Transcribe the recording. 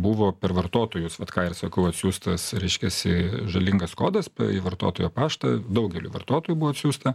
buvo per vartotojus vat ką ir sakau atsiųstas reiškiasi žalingas kodas į vartotojo paštą daugeliui vartotojų buvo atsiųsta